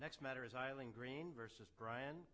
next matter is island green versus brian